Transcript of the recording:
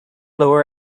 lower